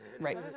Right